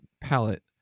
palette